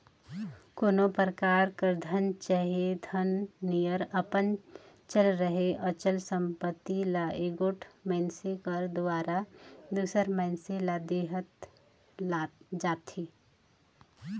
कोनो परकार कर धन चहे धन नियर अपन चल चहे अचल संपत्ति ल एगोट मइनसे कर दुवारा दूसर मइनसे ल देहल जाथे